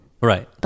right